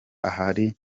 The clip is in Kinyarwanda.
ahari